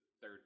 third